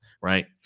right